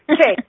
Okay